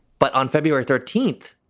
but on february thirteenth,